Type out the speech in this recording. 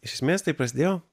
iš esmės tai prasidėjo